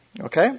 Okay